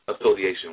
association